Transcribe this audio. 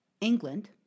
England